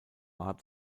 art